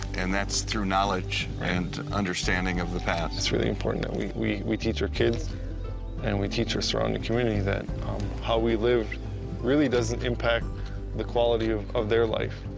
and that's through knowledge and understanding of the past. it's really important that we we teach our kids and we teach our surrounding community that how we lived really doesn't impact the quality of of their life.